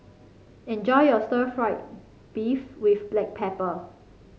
enjoy your stir fry beef with Black Pepper